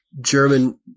German –